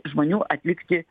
žmonių atlikti